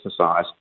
exercise